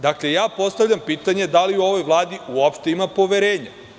Dakle, postavljam pitanje – da li u ovoj Vladi uopšte ima poverenja?